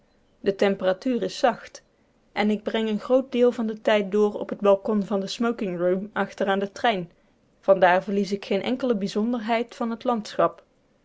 de temperatuur is zacht en ik breng een groot deel van den tijd door op het balkon van de smoking room achter aan den trein van daar verlies ik geen enkele bijzonderheid van het landschap